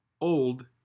old